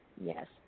Yes